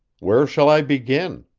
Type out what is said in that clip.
where shall i begin?